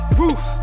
roof